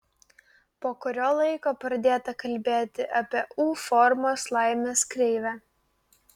po kurio laiko pradėta kalbėti apie u formos laimės kreivę